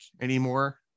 anymore